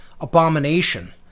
abomination